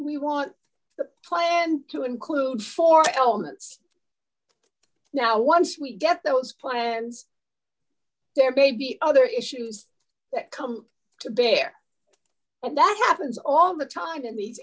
we want the plan to include four elements now once we get those plans they're baby other issues that come to bear and that happens all the time in these